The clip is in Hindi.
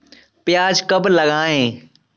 प्याज कब लगाएँ?